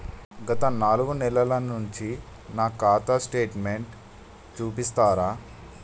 గత నాలుగు నెలల నుంచి నా ఖాతా స్టేట్మెంట్ చూపిస్తరా?